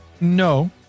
No